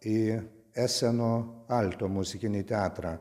į eseno alto muzikinį teatrą